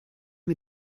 mir